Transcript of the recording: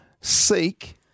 Seek